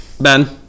Ben